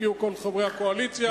הגיעו כל חברי הקואליציה,